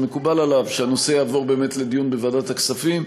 שהנושא יועבר לדיון בוועדת הכספים,